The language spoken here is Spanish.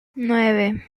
nueve